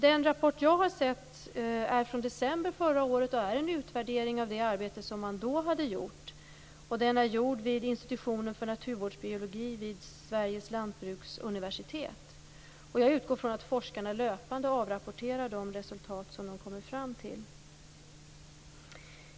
Den rapport jag har sett är från december förra året och är en utvärdering av det arbete som man då hade gjort. Den är gjord vid institutionen för naturvårdsbiologi vid Sveriges lantbruksuniversitet. Jag utgår från att forskarna löpande avrapporterar de resultat som de kommer fram till.